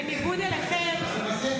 בניגוד אליכם.